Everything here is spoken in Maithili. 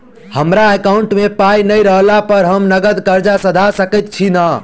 हमरा एकाउंट मे पाई नै रहला पर हम नगद कर्जा सधा सकैत छी नै?